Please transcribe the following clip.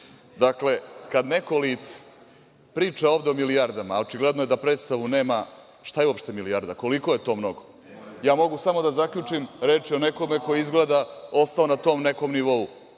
čuli. Dakle, kada neko lice priča ovde o milijardama, a očigledno je da predstavu nema šta je uopšte milijarda, koliko je to mnogo, ja mogu samo da zaključim, reč je o nekome ko je izgleda ostao na tom nekom nivou